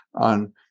on